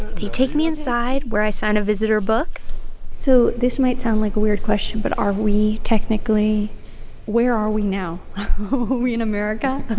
they take me inside where i sign a visitor book so this might sound like a weird question. but are we technically where are we now? are we in america?